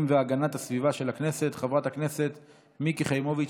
והגנת הסביבה של הכנסת חברת הכנסת מיקי חיימוביץ',